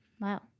Wow